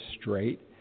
straight